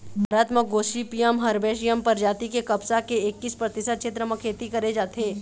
भारत म gossypium herbaceum परजाति के कपसा के एक्कीस परतिसत छेत्र म खेती करे जाथे